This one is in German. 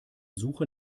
suche